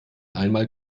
einmal